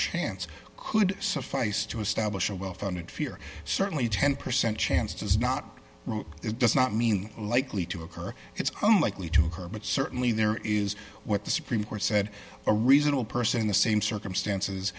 chance could suffice to establish a well founded fear certainly ten percent chance does not it does not mean likely to occur it's likely to occur but certainly there is what the supreme court said a reasonable person in the same circumstances